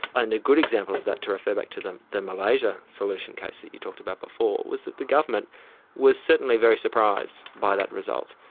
and a good example of that, to refer back to the the malaysia solution case that you talked about before, was that the government was certainly very surprised by that result.